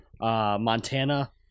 Montana